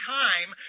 time